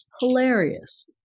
hilarious